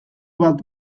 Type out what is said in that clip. bat